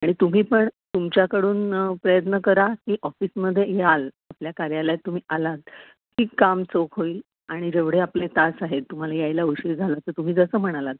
आणि तुम्ही पण तुमच्याकडून प्रयत्न करा की ऑफिसमध्ये याल आपल्या कार्यालयात तुम्ही आलात की काम चोख होईल आणि जेवढे आपले तास आहेत तुम्हाला यायला उशीर झाला तर तुम्ही जसं म्हणालात